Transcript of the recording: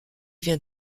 vient